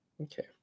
Okay